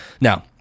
now